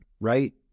right